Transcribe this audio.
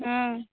हूँ